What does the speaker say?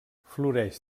floreix